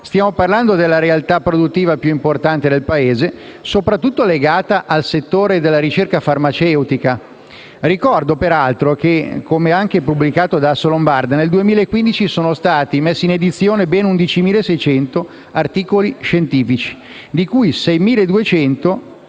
Stiamo parlando della realtà produttiva più importante del Paese, soprattutto legata al settore della ricerca farmaceutica. Ricordo peraltro che, come pubblicato anche da Assolombarda, nel 2015 sono stati pubblicati ben 11.600 articoli scientifici, dei quali 6.200 nel campo